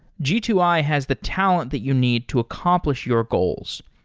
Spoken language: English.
g two i has the talent that you need to accomplish your goals.